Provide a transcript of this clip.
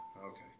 Okay